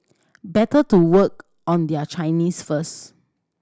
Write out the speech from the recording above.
better to work on their Chinese first